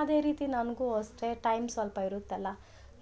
ಅದೇ ರೀತಿ ನನಗು ಅಷ್ಟೆ ಟೈಮ್ ಸ್ವಲ್ಪ ಇರುತ್ತಲ್ಲ